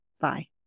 Bye